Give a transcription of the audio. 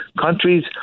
Countries